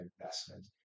investment